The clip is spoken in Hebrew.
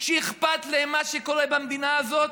שאכפת להם מה שקורה במדינה הזאת,